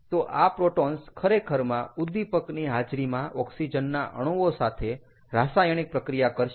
તો આ પ્રોટોન્સ ખરેખરમાં ઉદીપકની હાજરીમાં ઓક્સિજનના અણુઓ સાથે રાસાયણિક પ્રક્રિયા કરશે